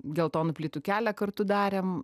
geltonų plytų kelią kartu darėm